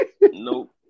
nope